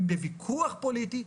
הם בוויכוח פוליטי,